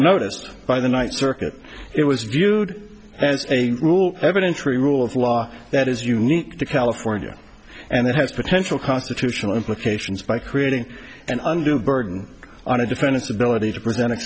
noticed by the night circuit it was viewed as a rule evidence rule of law that is unique to california and it has potential constitutional implications by creating an undue burden on a defendant's ability to present